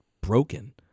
broken